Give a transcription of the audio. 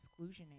exclusionary